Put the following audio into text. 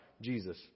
Jesus